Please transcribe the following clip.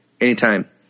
Anytime